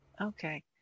okay